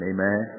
Amen